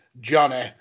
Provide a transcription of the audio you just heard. Johnny